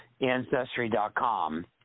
Ancestry.com